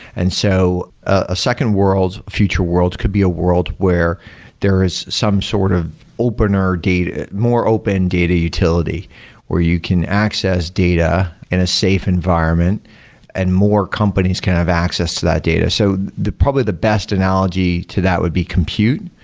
and so a second world, a future world could be a world where there is some sort of open ah more more open data utility where you can access data in a safe environment and more companies can have access to that data. so the probably the best analogy to that would be compute.